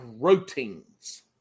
proteins